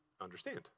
understand